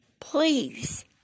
please